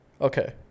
Okay